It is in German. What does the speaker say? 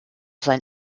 sein